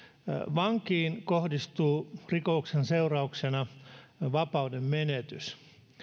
vankiin kohdistuu rikoksen seurauksena vapauden menetys